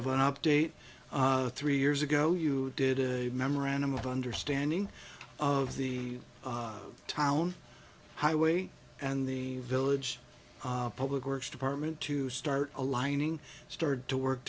of an update three years ago you did a memorandum of understanding of the town highway and the village public works department to start aligning started to work